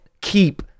keep